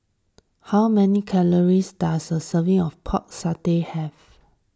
how many calories does a serving of Pork Satay have